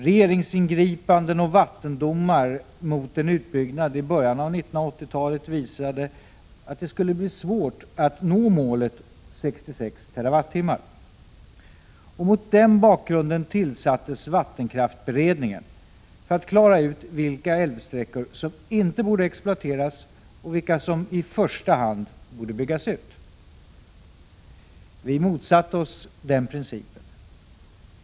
Regeringsingripanden och vattendomar mot en utbyggnad i början av 1980-talet visade att det skulle bli svårt att nå målet 66 TWh. Mot den bakgrunden tillsattes vattenkraftsberedningen för att klara ut vilka älvsträckor som inte borde exploateras och vilka som i första hand borde byggas ut. Vi motsatte oss den principen.